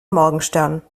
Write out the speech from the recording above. morgenstern